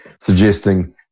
suggesting